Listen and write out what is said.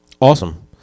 Awesome